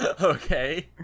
Okay